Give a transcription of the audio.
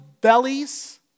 bellies